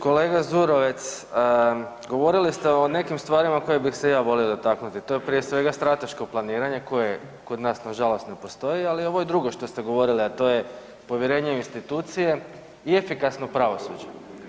Kolega Zurovec, govorili ste o nekim stvarima kojih bih se ja volio dotaknuti, to je prije svega strateško planiranje koje kod nas nažalost ne postoji, ali ovo je drugo što ste govorili, a to je povjerenje u institucije i efikasno pravosuđe.